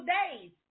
days